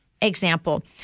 Example